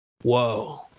whoa